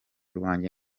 rwanjye